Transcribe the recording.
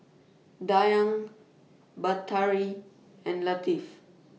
Dayang Batari and Latif